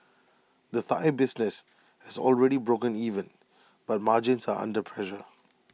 the Thai business has already broken even but margins are under pressure